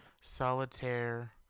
Solitaire